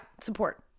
support